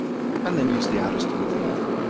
and then use the arrows to move them over.